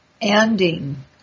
ending